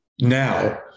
now